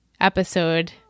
episode